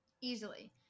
Easily